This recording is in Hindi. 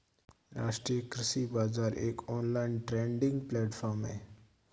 राष्ट्रीय कृषि बाजार एक ऑनलाइन ट्रेडिंग प्लेटफॉर्म है